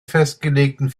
festgelegten